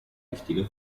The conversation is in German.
wichtige